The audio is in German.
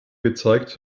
gezeigt